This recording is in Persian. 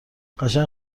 قشنگ